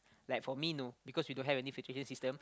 like for me no because we don't have any filtration system